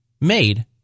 made